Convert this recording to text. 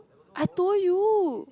I told you